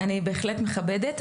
אני בהחלט מכבדת.